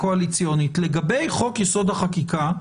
לגבי חוק-יסוד: החקיקה,